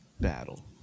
battle